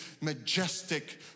majestic